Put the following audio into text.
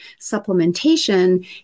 supplementation